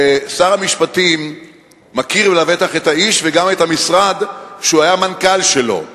ושר המשפטים מכיר לבטח את האיש וגם את המשרד שהוא היה המנכ"ל שלו.